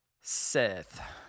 Seth